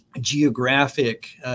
geographic